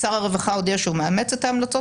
שר הרווחה הודיע שהוא למאמץ את ההמלצות,